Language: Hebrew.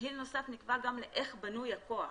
נקבע גם לאיך בנוי הכוח.